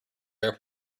air